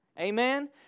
Amen